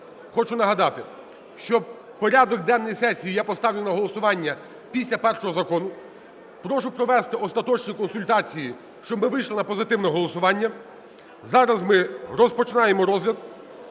хочу нагадати, що порядок денний сесії я поставлю на голосування після першого закону. Прошу провести остаточні консультації, щоб ми вийшли на позитивне голосування. Зараз ми розпочинаємо розгляд